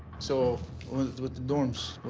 so with the dorms,